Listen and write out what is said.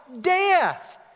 death